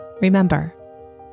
Remember